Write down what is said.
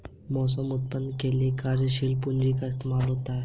मौसमी उत्पादों के लिये कार्यशील पूंजी का इस्तेमाल होता है